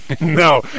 No